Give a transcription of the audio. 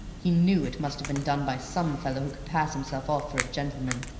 he knew it must have been done by some fellow who could pass himself off for a gentleman,